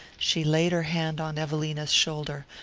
she laid her hand on evelina's shoulder.